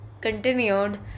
continued